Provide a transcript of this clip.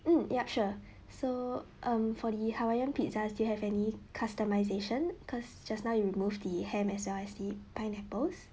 mm yup sure so um for the hawaiian pizza do you have any customisation cause just now you remove the ham as well as the pineapples